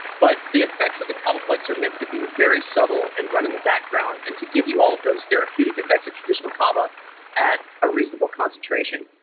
but the effects of the kavaplex are meant to be very subtle and run in the background and to give you all of those therapeutic effects of traditional kava at a reasonable concentration.